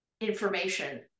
information